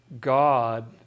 God